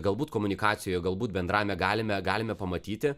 galbūt komunikacijoje galbūt bendravime galime galime pamatyti